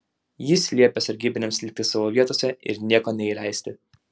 jis liepė sargybiniams likti savo vietose ir nieko neįleisti